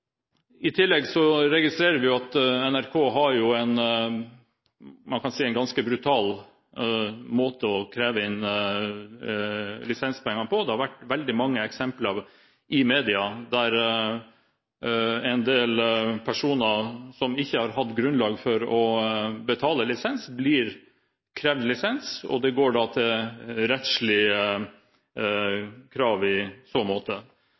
I tillegg registrerer vi at NRK har en ganske brutal måte å kreve inn lisenspenger på. Det har vært veldig mange eksempler i media på at en del personer som ikke har hatt grunn til å betale lisens, blir krevd for lisens, og det går til rettslige innkreving. Der synes jeg statsråden burde ta grep og rydde opp overfor NRK, sånn at NRK får en måte